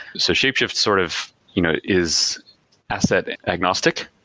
so shapeshift sort of you know is asset agnostic.